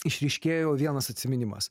išryškėjo vienas atsiminimas